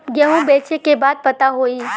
गेहूँ बेचे के बाजार पता होई?